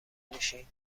میشین